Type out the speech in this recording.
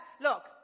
Look